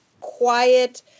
quiet